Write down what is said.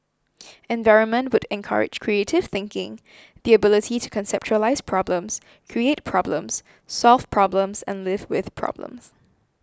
environment would encourage creative thinking the ability to conceptualise problems create problems solve problems and live with problems